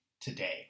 today